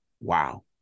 Wow